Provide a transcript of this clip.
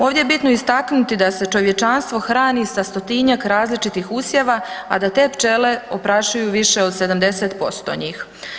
Ovdje je bitno istaknuti da se čovječanstvo hrani sa 100-tinjak različitih usjeva, a da te pčele oprašuju više od 70% njih.